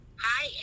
Hi